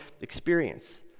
experience